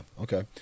Okay